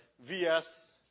VS